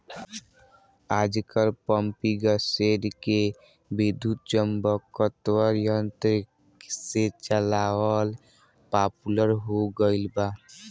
आजकल पम्पींगसेट के विद्युत्चुम्बकत्व यंत्र से चलावल पॉपुलर हो गईल बा